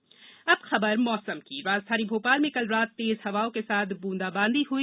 मौसम अब खबर मौसम की राजधानी भोपाल में कल रात तेज हवाओं के साथ बंदा बांदी हई